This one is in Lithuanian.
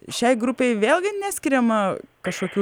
šiai grupei vėlgi neskiriama kažkokių